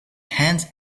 hands